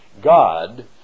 God